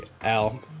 Al